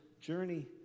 journey